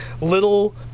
little